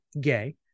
gay